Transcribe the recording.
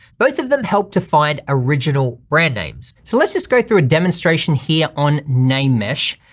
both of them help to find original brand names. so let's just go through a demonstration here on name mesh,